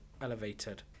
elevated